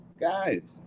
guys